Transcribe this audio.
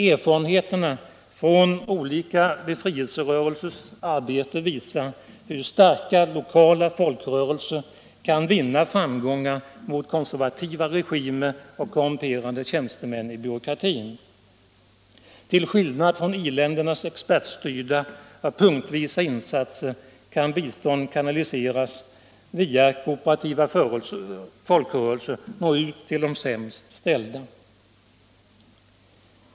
Erfarenheterna från olika befrielserörelsers arbete visar hur starka lokala folkrörelser kan vinna framgångar mot konservativa regeringar och korrumperade tjänstemän i demokratin. Till skillnad från expertstyrda och punktvisa insatser kan bistånd som kanaliseras via kooperativa folkrörelser nå ut till de sämst ställda.